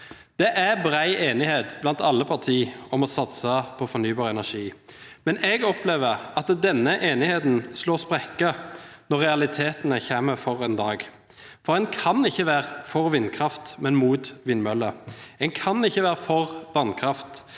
Det er bred enighet blant alle partier om å satse på fornybar energi, men jeg opplever at denne enigheten slår sprekker når realitetene kommer for en dag. En kan ikke være for vindkraft, men imot vindmøller. En kan ikke være for vannkraft,